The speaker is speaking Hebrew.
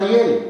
חיילת,